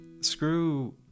screw